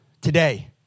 today